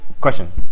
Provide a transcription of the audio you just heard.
Question